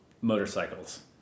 motorcycles